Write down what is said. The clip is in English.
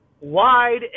wide